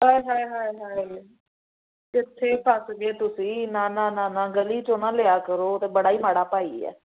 ਹਾਏ ਹਾਏ ਹਾਏ ਹਾਏ ਕਿੱਥੇ ਫਸ ਗਏ ਤੁਸੀਂ ਨਾ ਨਾ ਨਾ ਨਾ ਗਲੀ 'ਚੋਂ ਨਾ ਲਿਆ ਕਰੋ ਉਹ ਤਾਂ ਬੜਾ ਹੀ ਮਾੜਾ ਭਾਈ ਹੈ